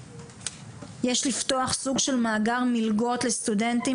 יש לפתוח סוג של מאגר מלגות לסטודנטים